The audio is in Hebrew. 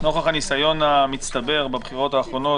נוכח הניסיון המצטבר בבחירות האחרונות,